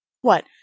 What